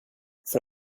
för